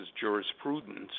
jurisprudence